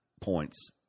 points